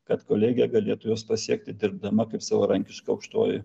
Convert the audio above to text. kad kolegėija galėtų juos pasiekti dirbdama kaip savarankiška aukštoji